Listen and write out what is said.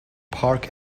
park